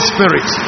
Spirit